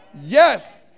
Yes